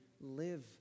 live